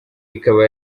ikaba